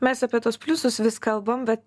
mes apie tuos pliusus vis kalbam bet